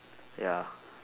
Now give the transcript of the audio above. ya